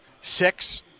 Six